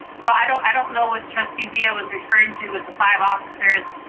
so i don't i don't know what trustee zia was referring to with the five officers,